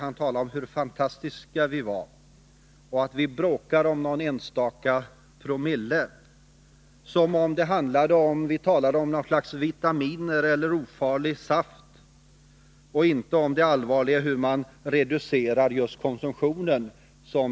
Han talade om hur ”fantastiska” vi var och menade att vi bråkar om någon enstaka promille, som om det handlade om något slags vitaminer eller ofarlig saft och inte om det allvarliga hur man kan reducera just alkoholkonsumtionen.